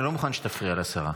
אני לא מוכן שתפריע לשרה.